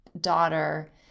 daughter